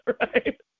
right